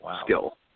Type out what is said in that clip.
skill